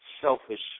selfish